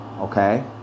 Okay